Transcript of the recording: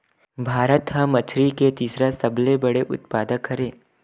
भारत हा मछरी के तीसरा सबले बड़े उत्पादक हरे